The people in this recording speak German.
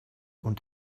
und